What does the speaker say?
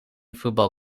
football